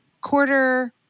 Quarter